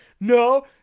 no